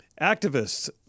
Activists